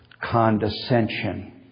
condescension